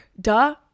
Duh